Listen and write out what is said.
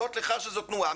בתנועה